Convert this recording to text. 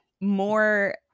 more